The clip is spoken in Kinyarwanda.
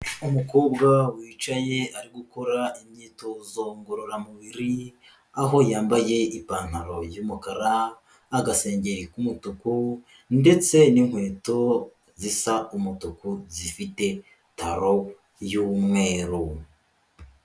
Umukobwa wicaye ari gukora imyitozo ngororamubiri, aho yambaye ipantaro y'umukara, agasengeri k'umutuku, ndetse n'inkweto zisa umutuku zifite taro y'umweru.